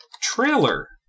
trailer